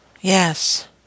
Yes